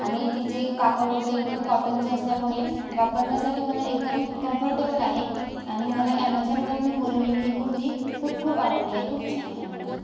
आणि तिचे कापड वगैरे एकदम कॉटनचं असल्यामुळे वापरण्यासाठी मला एकदम कम्फर्टेबल आहे आणि मला ॲमेझानवरनं बोलावलेली ही कुर्ती खूप खूप आवडलीय खूप छान आहे ॲमेझान